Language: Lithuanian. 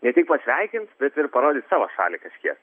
ne tik pasveikint bet ir parodyt savo šalį kažkiek